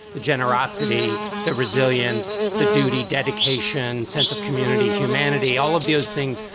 the generosity, the resilience, the duty, dedication, sense of community, humanity, all of those things,